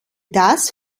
das